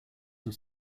were